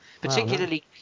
particularly